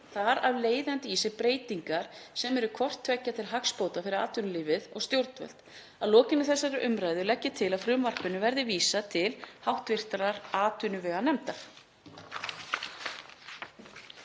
þar af leiðandi í sér breytingar sem eru hvort tveggja til hagsbóta fyrir atvinnulífið og stjórnvöld. Að lokinni þessari umræðu legg ég til að frumvarpinu verði vísað til hv. atvinnuveganefndar.